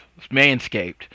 Manscaped